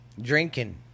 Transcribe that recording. drinking